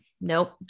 nope